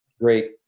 great